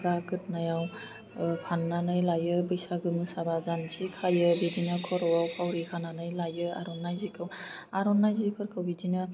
बिदिनो हौवाफ्रा गोदोनायाव फाननानै लायो बैसागो मोसाबा जान्जि खायो बिदिनो खर'आव फावलि खानानै लायो आर'नाइ जिखौ आर'नाइ जिफोरखौ बिदिनो